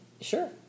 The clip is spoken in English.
Sure